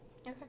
Okay